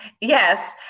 Yes